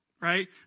Right